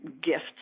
gifts